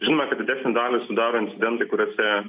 žinome kad didesnę dalį sudaro incidentai kuriuose